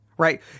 Right